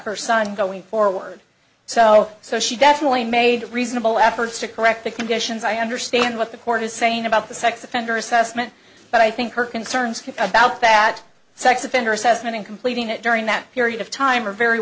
her son going forward so so she definitely made reasonable efforts to correct the conditions i understand what the court is saying about the sex offender assessment but i think her concerns about that sex offender assessment in completing it during that period of time are very